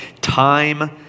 Time